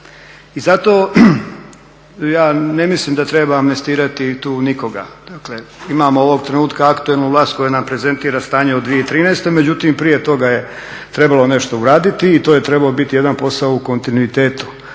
I zato ja ne mislim da treba amnestirati tu nikoga, dakle imamo ovoga trenutka aktualnu vlast koja nam prezentira stanje u 2013., međutim prije toga je trebalo nešto urediti i to je trebao biti jedan posao u kontinuitetu,